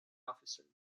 officer